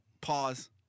Pause